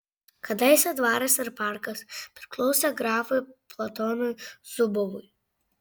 kadaise dvaras ir parkas priklausė grafui platonui zubovui